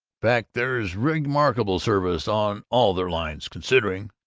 fact, there's remarkable service on all their lines considering.